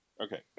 okay